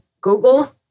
Google